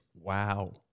Wow